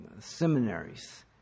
seminaries